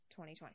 2020